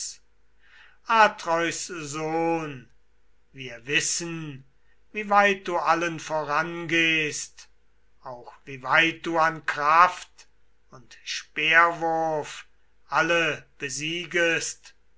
atreus sohn wir wissen wie weit du allen vorangehst auch wie weit du an kraft und speerwurf alle besiegest